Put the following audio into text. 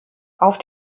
auf